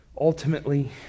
ultimately